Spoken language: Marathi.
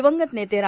दिवंगत नेते रा